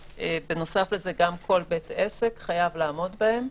ובנוסף, גם כל בית עסק חייב לעמוד בהם.